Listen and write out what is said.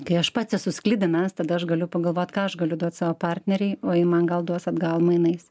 kai aš pats esu sklidinas tada aš galiu pagalvot ką aš galiu duoi savo partnerei o ji man gal duos atgal mainais